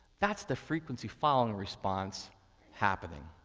that's the frequency-following response happening.